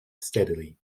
steadily